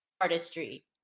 artistry